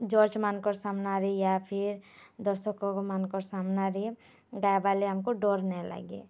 ଜର୍ଜମାନଙ୍କର୍ ସାମ୍ନାରେ ୟାଫିର୍ ଦର୍ଶକମାନଙ୍କର୍ ସାମ୍ନାରେ ଗାଏବାର୍ ଲାଗି ଆମ୍କୁ ଡ଼ର୍ ନାଇ ଲାଗେ